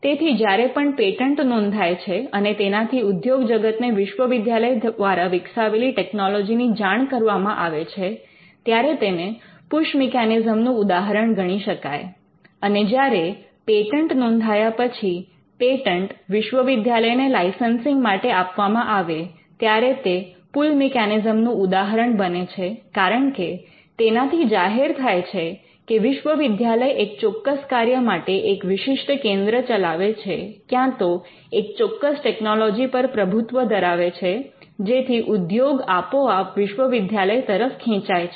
તેથી જ્યારે પણ પેટન્ટ નોંધાય છે અને તેનાથી ઉદ્યોગ જગતને વિશ્વવિદ્યાલય દ્વારા વિકસાવેલી ટેકનોલોજીની જાણ કરવામાં આવે છે ત્યારે તેને પૂશ મિકેનિઝમનું ઉદાહરણ ગણી શકાય અને જ્યારે પેટન્ટ નોંધાયા પછી પેટન્ટ વિશ્વવિદ્યાલયને લાઇસન્સિંગ માટે આપવામાં આવે ત્યારે તે પુલ મિકેનિઝમ નું ઉદાહરણ બને છે કારણકે તેનાથી જાહેર થાય છે કે વિશ્વવિદ્યાલય એક ચોક્કસ કાર્ય માટે એક વિશિષ્ટ કેન્દ્ર ચલાવે છે ક્યાં તો એક ચોક્કસ ટેકનોલોજી પર પ્રભુત્વ ધરાવે છે જેથી ઉદ્યોગો આપોઆપ વિશ્વવિદ્યાલય તરફ ખેંચાય છે